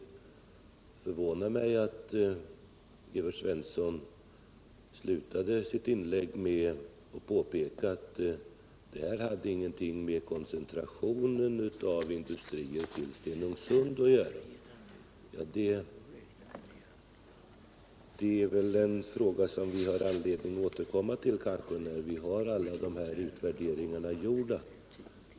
Det förvånar mig att Evert Svensson slutade sitt inlägg med att påpeka att dessa inte hade någonting med koncentrationen av industrier till Stenungsund att göra. Det är en fråga som vi kanske får anledning att återkomma till när alla utvärderingarna är avslutade.